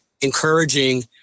encouraging